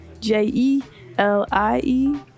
j-e-l-i-e